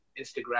instagram